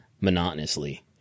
monotonously